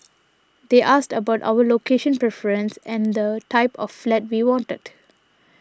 they asked about our location preference and the type of flat we wanted